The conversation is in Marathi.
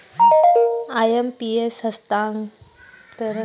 आय.एम.पी.एस हस्तांतरण कसे करावे?